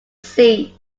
seat